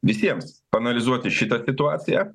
visiems paanalizuoti šitą situaciją